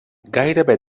gairebé